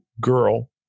girl